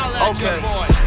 okay